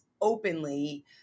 openly